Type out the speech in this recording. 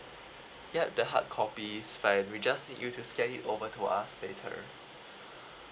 yup the hard copy is fine we just need you to scan it over to us later